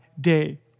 Day